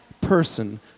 person